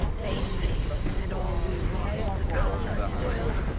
vainly! and all we wrought the gods have foiled,